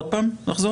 לחזור?